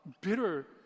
bitter